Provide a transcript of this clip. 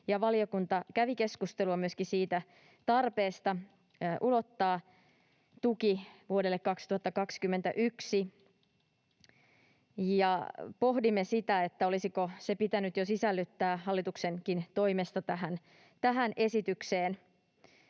valiokunta kävi keskustelua myöskin tarpeesta ulottaa tuki vuodelle 2021. Pohdimme sitä, olisiko se pitänyt jo sisällyttää hallituksenkin toimesta tähän esitykseen.